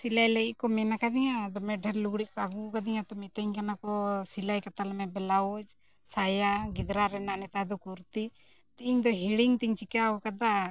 ᱥᱤᱞᱟᱹᱭ ᱞᱟᱹᱜᱤᱫ ᱠᱚ ᱢᱮᱱ ᱟᱠᱟᱫᱤᱧᱟᱹ ᱟᱫᱚ ᱫᱚᱢᱮ ᱰᱷᱮᱨ ᱞᱩᱜᱽᱲᱤᱡ ᱠᱚ ᱟᱹᱜᱩ ᱟᱠᱟᱫᱤᱧᱟᱹ ᱛᱚ ᱢᱤᱛᱟᱹᱧ ᱠᱟᱱᱟ ᱠᱚ ᱥᱤᱞᱟᱹᱭ ᱠᱟᱛᱟᱞᱮᱢᱮ ᱵᱮᱞᱟᱣᱩᱡ ᱥᱟᱭᱟ ᱜᱮᱸᱫᱟᱜ ᱨᱮᱱᱟᱜ ᱱᱮᱛᱟᱨ ᱫᱚ ᱠᱩᱨᱛᱤ ᱤᱧ ᱫᱚ ᱦᱤᱲᱤᱧ ᱛᱤᱧ ᱪᱤᱠᱟᱹᱣ ᱠᱟᱫᱟ